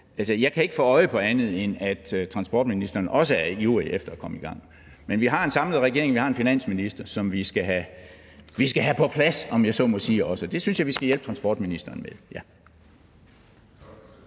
jeg ikke kan få øje på andet, end at transportministeren også er ivrig efter at komme i gang. Men vi har en samlet regering, og vi har en finansminister, som vi, om jeg så må sige, også skal have på plads, og det synes jeg vi skal hjælpe transportministeren med.